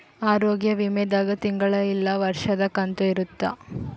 ಆರೋಗ್ಯ ವಿಮೆ ದಾಗ ತಿಂಗಳ ಇಲ್ಲ ವರ್ಷದ ಕಂತು ಇರುತ್ತ